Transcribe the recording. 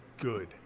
good